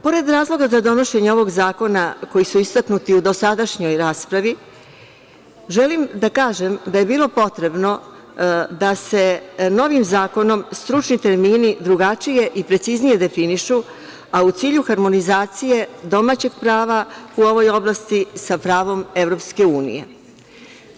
Pored razloga za donošenje ovog zakona koji su istaknuti u dosadašnjoj raspravi, želim da kažem da je bilo potrebno da se novim zakonom stručni termini drugačije i preciznije definišu, a u cilju harmonizacije domaćeg prava u ovoj oblasti sa pravom Evropske unije.